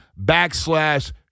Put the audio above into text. backslash